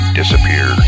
disappear